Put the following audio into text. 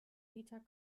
liter